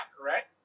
correct